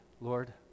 Lord